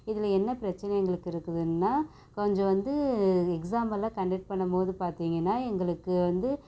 இதில் என்ன பிரச்சனை எங்களுக்கு இருக்குதுன்னா கொஞ்சம் வந்து எக்ஸாம் எல்லாம் கண்டக்ட் பண்ணும் போது பார்த்திங்கன்னா எங்களுக்கு வந்து